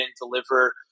deliver